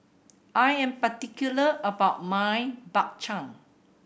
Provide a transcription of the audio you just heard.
I am particular about my Bak Chang